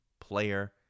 player